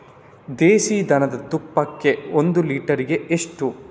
ದೇಸಿ ದನದ ತುಪ್ಪಕ್ಕೆ ಒಂದು ಲೀಟರ್ಗೆ ಎಷ್ಟು?